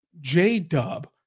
J-Dub